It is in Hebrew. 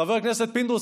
חבר הכנסת פינדרוס,